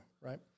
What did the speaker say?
Right